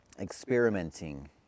experimenting